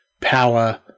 power